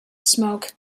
smoke